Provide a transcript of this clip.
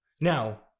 Now